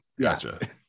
gotcha